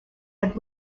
had